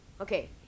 okay